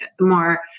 more